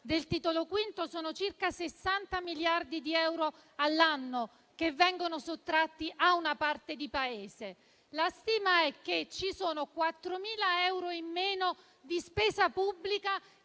del Titolo V, circa 60 miliardi di euro all'anno vengono sottratti a una parte di Paese; si stima che ci sono 4.000 euro in meno di spesa pubblica